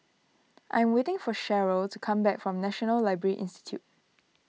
I am waiting for Cheryll to come back from National Library Institute